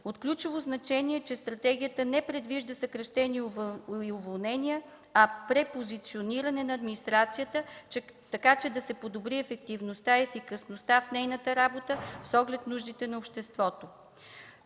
От ключово значение е, че стратегията не предвижда съкращения и уволнения, а препозициониране на администрацията, така че да се подобри ефективността и ефикасността в нейната работа с оглед нуждите на обществото.